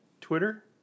Twitter